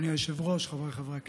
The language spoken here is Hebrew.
אדוני היושב-ראש, חבריי חברי הכנסת,